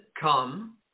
come